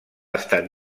estat